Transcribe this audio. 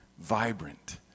vibrant